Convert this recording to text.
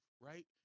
right